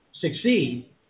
succeed